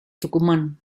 tucumán